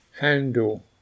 Handle